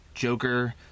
Joker